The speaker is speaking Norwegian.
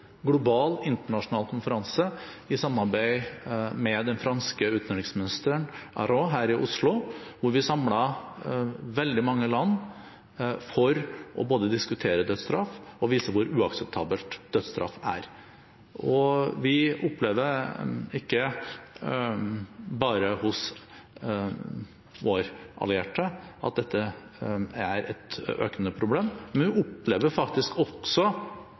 global, internasjonal konferanse i samarbeid med den franske utenriksministeren, Ayrault, her i Oslo, hvor vi samlet veldig mange land for å både diskutere dødsstraff og vise hvor uakseptabelt dødsstraff er. Vi opplever ikke bare hos våre allierte at dette er et økende problem, men vi opplever faktisk også